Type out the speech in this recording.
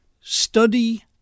study